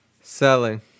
Selling